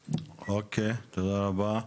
אוקיי, תודה רבה.